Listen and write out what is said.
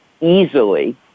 easily